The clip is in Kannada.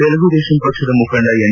ತೆಲುಗು ದೇಶಂ ಪಕ್ಷದ ಮುಖಂಡ ಎನ್